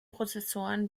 prozessoren